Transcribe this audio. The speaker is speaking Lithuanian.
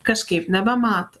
kažkaip nebemato